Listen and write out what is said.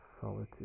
Solitude